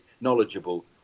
knowledgeable